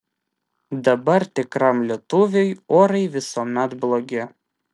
dabar tikram lietuviui orai visuomet blogi